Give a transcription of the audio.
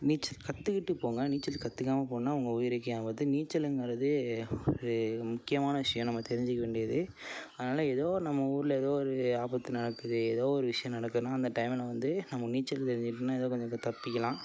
நீச்சல் கற்றுக்கிட்டு போங்க நீச்சல் கத்துக்காமல் போனால் உங்கள் உயிருக்கே ஆபத்து நீச்சலுங்கிறதே ஒரு முக்கியமான விஷியம் நம்ம தெரிஞ்சிக்க வேண்டியது அதனால் எதோ நம்ம ஊரில் எதோ ஒரு ஆபத்து நடக்குது எதோ ஒரு விஷியம் நடக்குதுனால் அந்த டைமுனா வந்து நம்ம நீச்சல் தெரிஞ்சிக்கிட்டோனால் எதோ கொஞ்சம் க தப்பிக்கலாம்